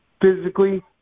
physically